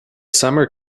summer